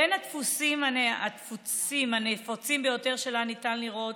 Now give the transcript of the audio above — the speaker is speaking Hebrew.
בין הדפוסים הנפוצים ביותר שלה ניתן לראות: